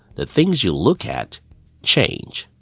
the things you look at change.